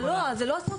זה לא, זה לא התוקף.